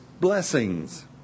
blessings